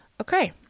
okay